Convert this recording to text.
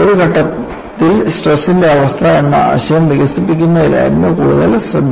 ഒരു ഘട്ടത്തിൽ സ്ട്രെസ്ന്റെ അവസ്ഥ എന്ന ആശയം വികസിപ്പിക്കുന്നതിലായിരുന്നു കൂടുതൽ ശ്രദ്ധ